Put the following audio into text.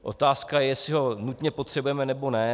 Otázka je, jestli ho nutně potřebujeme, nebo ne.